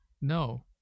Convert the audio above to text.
No